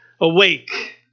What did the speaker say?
Awake